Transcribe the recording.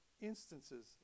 instances